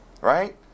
Right